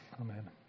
Amen